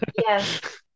Yes